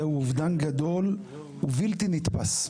זהו אובדן גדול ובלתי נתפס.